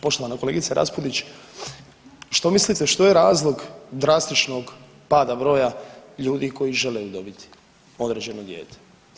Poštovana kolegice Raspudić što mislite što je razlog drastičnog pada broja ljudi koji žele udomiti određeno dijete?